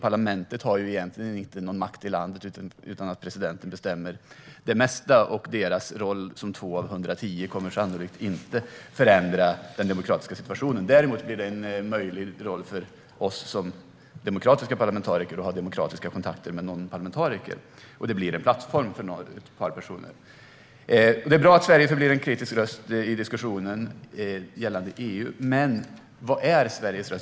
Parlamentet har egentligen inte någon makt i landet, utan presidenten bestämmer det mesta, och dessa oppositionellas roll som 2 av 110 kommer sannolikt inte att förändra den demokratiska situationen. Däremot blir det möjligt för oss demokratiska parlamentariker att ha demokratiska kontakter med parlamentariker, och det blir en plattform för ett par personer. Det är bra att Sverige förblir en kritisk röst i diskussionen gällande EU, men vad är Sveriges röst?